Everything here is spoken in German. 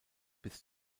bis